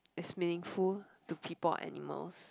is meaningful to people animals